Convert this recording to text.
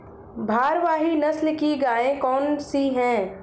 भारवाही नस्ल की गायें कौन सी हैं?